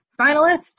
finalist